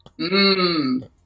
Mmm